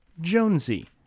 Jonesy